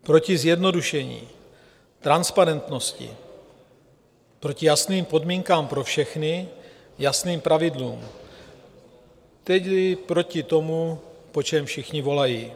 Proti zjednodušení, transparentnosti, proti jasným podmínkám pro všechny, jasným pravidlům, tedy proti tomu, po čem všichni volají.